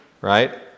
Right